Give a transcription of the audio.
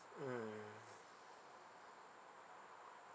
mm